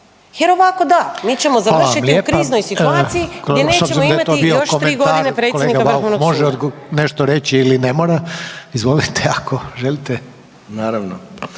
Jer ovako da, mi ćemo završiti u kriznoj situaciji gdje nećemo imati još tri godine predsjednika Vrhovnog suda.